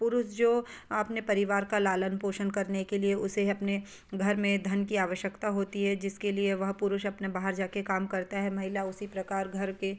पुरुष जो अपने परिवार का लालन पोषण करने के लिए उसे अपने घर में धन की आवश्यकता होती है जिसके लिए वह पुरुष अपने बाहर जा के काम करता है महिला उसी प्रकार घर के